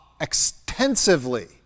extensively